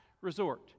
resort